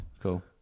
cool